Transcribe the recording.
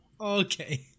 Okay